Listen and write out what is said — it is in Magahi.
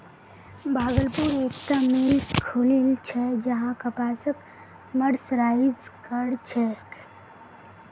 भागलपुरत एकता मिल खुलील छ जहां कपासक मर्सराइज कर छेक